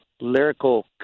lyrical